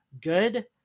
good